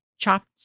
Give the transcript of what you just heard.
chopped